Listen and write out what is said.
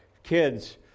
Kids